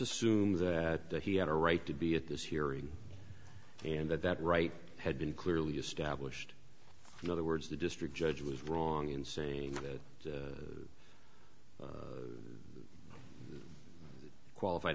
assume that he had a right to be at this hearing and that that right had been clearly established in other words the district judge was wrong in saying that qualified